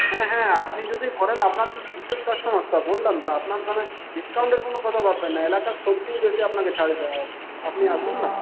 হ্যাঁ হ্যাঁ আপনি যদি করেন আপনার জন্য বিশেষ কাস্টমার তো বললাম তো আপনার কোনো ডিসকাউন্টের কোনো কথা ভাববেন না এলাকার সবথেকে বেশী আপনাকে ছাড় দেওয়া হবে আপনি আসুন না